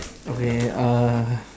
okay uh